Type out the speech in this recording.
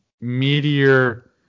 meteor